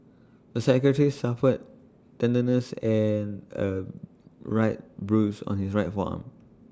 the psychiatrist suffered tenderness and A right bruise on his right forearm